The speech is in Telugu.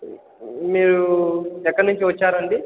మీరు ఎక్కడ నుంచి వచ్చారండీ